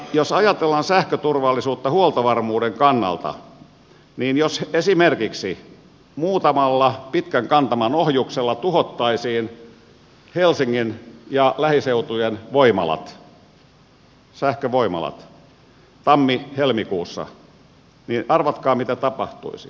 jos ajatellaan sähköturvallisuutta huoltovarmuuden kannalta niin jos esimerkiksi muutamalla pitkän kantaman ohjuksella tuhottaisiin helsingin ja lähiseutujen sähkövoimalat tammihelmikuussa niin arvatkaa mitä tapahtuisi